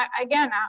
again